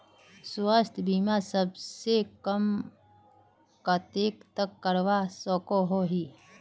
स्वास्थ्य बीमा कम से कम कतेक तक करवा सकोहो ही?